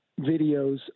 videos